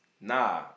Nah